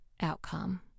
outcome